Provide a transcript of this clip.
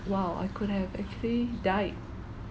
!wow! I could have actually died